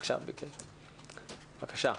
בבקשה.